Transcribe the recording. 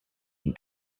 and